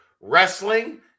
Wrestling